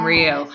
Rio